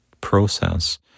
process